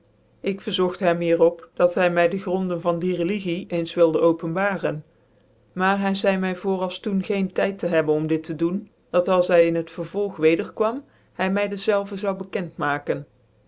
ik vcrzogt hem hier op dat zy my de gronden van die religie eens wilde openbaren maar hy zcidc my voor als doen geen tyd te hebben om dit te doen dat als hy in het vervolg weder kwam liy my dezelve zon bekent maken